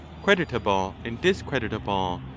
creditable and dis creditable,